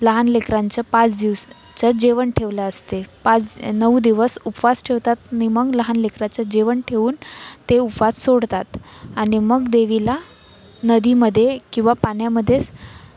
लहान लेकरांचं पाच दिवसाचं जेवण ठेवले असते पाच नऊ दिवस उपवास ठेवतात आणि मग लहान लेकराचं जेवण ठेऊन ते उपवास सोडतात आणि मग देवीला नदीमध्ये किंवा पाण्यामध्येच